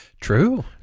True